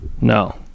no